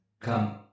come